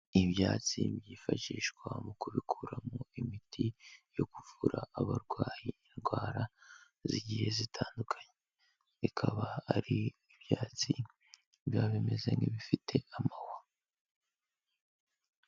Ibyatsi byifashishwa mu kubikuramo imiti yo kuvura abarwayi indwara zigiye zitandukanye, ikaba ari ibyatsi biba bimeze nk'ibifite amahwa.